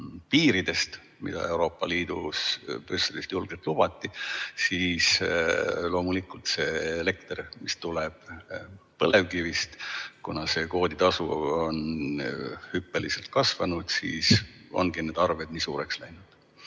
piiridest, mida Euroopa Liidust, Brüsselist julgelt lubati, siis loomulikult, kui elekter tuleb põlevkivist ja kuna kvooditasu on hüppeliselt kasvanud, ongi arved nii suureks läinud